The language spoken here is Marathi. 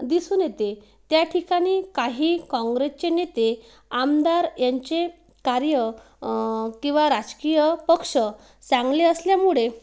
दिसून येते त्याठिकाणी काही काँग्रेसचे नेते आमदार यांचे कार्य किंवा राजकीय पक्ष चांगले असल्यामुळे